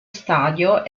stadio